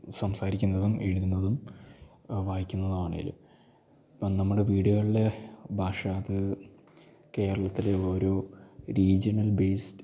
സംസാരിക്കുന്നതും എഴുതുന്നതും വായിക്കുന്നതും ആണേലും ഇപ്പം നമ്മുടെ വീടുകൾ ബാഷ് അത് കേരളത്തിലെ ഓരോ റീജിയണൽ ബേയ്സ്ഡ്